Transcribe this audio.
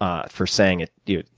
ah for saying, and why?